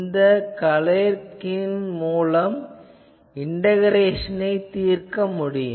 இந்த கலேர்கின் மூலம் இண்டகரேசனைத் தீர்க்க முடியும்